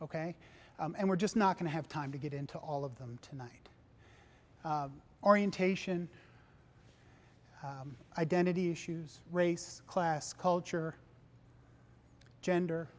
ok and we're just not going to have time to get into all of them tonight orientation identity issues race class culture gender